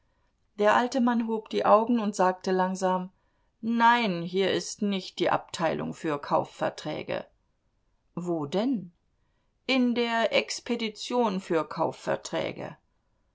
der alte mann hob die augen und sagte langsam nein hier ist nicht die abteilung für kaufverträge wo denn in der expedition für kaufverträge